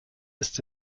ist